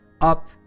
up